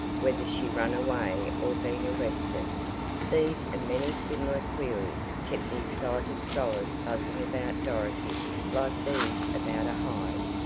whether she run away or been arrested these and many similar queries kept the excited scholars buzzing about dorothy like bees about a hive.